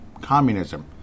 Communism